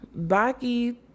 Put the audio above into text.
Baki